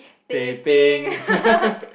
teh peng